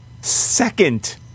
second